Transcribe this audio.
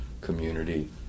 community